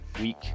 week